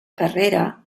carrera